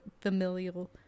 familial